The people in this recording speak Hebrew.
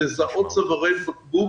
לזהות צווארי בקבוק,